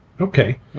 Okay